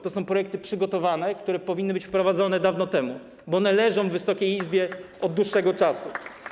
To są projekty przygotowane, które powinny być wprowadzone dawno temu, bo one leżą w Wysokiej Izbie od dłuższego czasu.